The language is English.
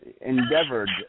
endeavored